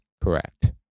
correct